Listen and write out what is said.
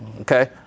Okay